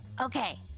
okay